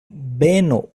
benu